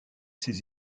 ses